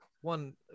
One